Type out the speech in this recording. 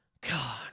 God